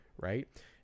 Right